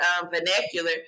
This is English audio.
vernacular